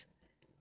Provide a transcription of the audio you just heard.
so